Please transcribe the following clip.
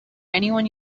anyone